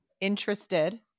Interested